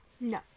No